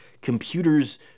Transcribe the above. computers